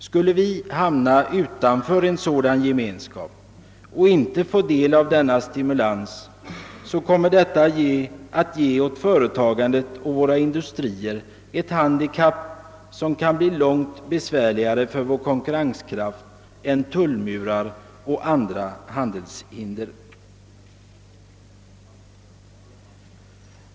Skulle vi hamna utanför en sådan gemenskap och inte få del av denna stimulans, kommer detta att ge åt företagandet och våra industrier ett handikapp, som kan bli långt besvärligare för vår konkurrenskraft än tullmurar och andra handelshinder.